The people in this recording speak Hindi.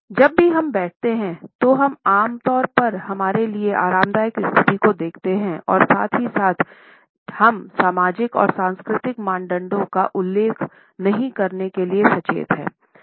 जब भी हम बैठते हैं तो हम आम तौर पर हमारे लिए आरामदायक स्थिति को देखते हैं और साथ ही साथ हम सामाजिक और सांस्कृतिक मानदंडों का उल्लंघन नहीं करने के लिए सचेत हैं